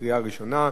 בקריאה ראשונה.